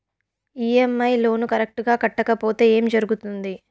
EMI loan correct గా కట్టకపోతే ఏం జరుగుతుంది